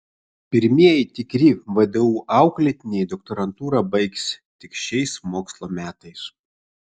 pirmieji tikri vdu auklėtiniai doktorantūrą baigs tik šiais mokslo metais